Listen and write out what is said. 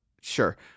Sure